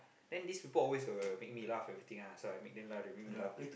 then this four always will make me laugh everything ah so I make them laugh they make me laugh